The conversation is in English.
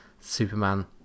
Superman